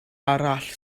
arall